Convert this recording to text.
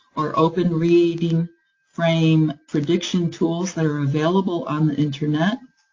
or open reading frame prediction tools that are available on the internet.